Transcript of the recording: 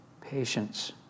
patience